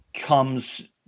comes